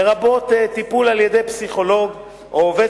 לרבות טיפול על-ידי פסיכולוג או עובד